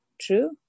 true